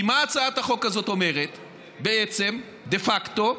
כי מה הצעת החוק הזאת אומרת בעצם, דה פקטו?